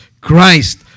Christ